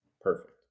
perfect